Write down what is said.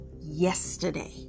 yesterday